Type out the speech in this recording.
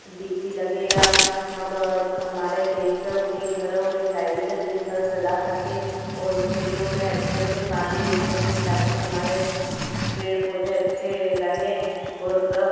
D P लगे या हम हमारे खेतों के घरों में लाइट दिन भर चला सकें और खेतों में अच्छे से पानी दे सकें ताकि हमारे पेड़ पौधे अच्छे रहें और